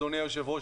אדוני היושב ראש,